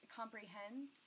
comprehend